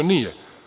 Nije.